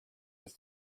was